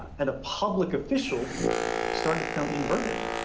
and a public official start to become inverted.